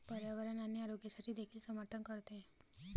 पर्यावरण आणि आरोग्यासाठी देखील समर्थन करते